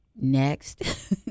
next